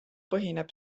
põhineb